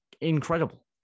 incredible